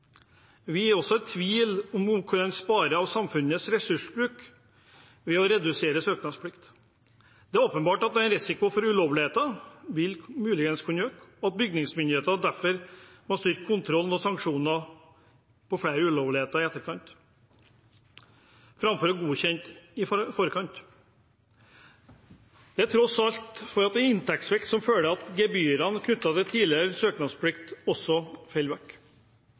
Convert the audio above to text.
Vi er også i tvil om hvor mye en sparer av samfunnets ressursbruk ved å redusere søknadsplikten. Det er åpenbart at risikoen for ulovligheter vil øke, og at bygningsmyndighetene derfor må styrke kontrollen og sanksjonere flere ulovligheter i etterkant framfor å godkjenne i forkant. Dette fører også til inntektssvikt som følge av at gebyret knyttet til tidligere søknadspliktige også